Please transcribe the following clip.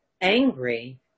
angry